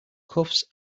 cuffs